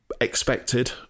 expected